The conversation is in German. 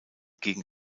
gegen